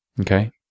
okay